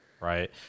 right